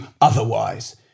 otherwise